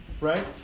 right